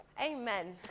Amen